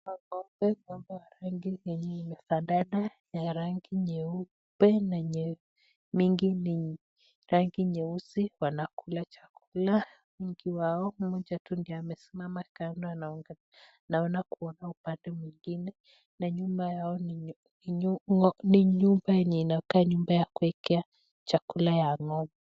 Hapa tunaona ng'ombe, ng'ombe wa rangi yenye inafanana ya nyeupe na mingi ni rangi nyeusi wanakula chakula wengi wao, mmoja tu ndo amesimama kando anaona kuona upande mwingine, na nyuma yao ni nyumba yenye inakaa nyumba ya kuwekea chakula ya ng'ombe.